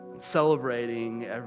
celebrating